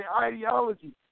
ideology